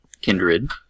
kindred